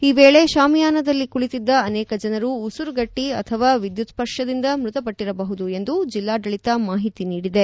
ಈ ವೇಳೆ ಶಾಮಿಯಾನದಲ್ಲಿ ಕುಳಿತಿದ್ದ ಅನೇಕ ಜನರು ಉಸಿರುಗಟ್ಟಿ ಅಥವಾ ವಿದ್ಯುತ್ ಸ್ಪರ್ಶದಿಂದ ಮ್ಬತಪಟ್ಟಿರಬಹುದು ಎಂದು ಜಿಲ್ಲಾಡಳಿತ ಮಾಹಿತಿ ನೀಡಿದೆ